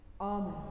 Amen